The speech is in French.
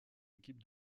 équipe